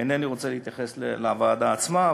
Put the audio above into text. אינני רוצה להתייחס לוועדה עצמה.